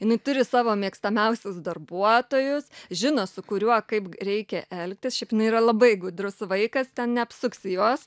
jinai turi savo mėgstamiausius darbuotojus žino su kuriuo kaip reikia elgtis šiaip jinai yra labai gudrus vaikas ten neapsuksi jos